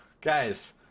Guys